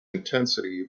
intensity